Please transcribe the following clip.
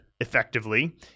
effectively